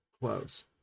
close